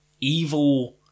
evil